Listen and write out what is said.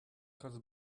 kalz